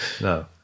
no